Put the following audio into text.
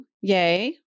Yay